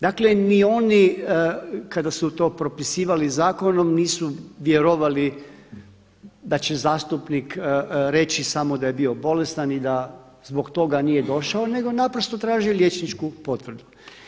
Dakle, ni oni kada su to propisivali zakonom nisu vjerovali da će zastupnik reći samo da je bio bolestan i da zbog toga nije došao, nego je naprosto tražio liječničku potvrdu.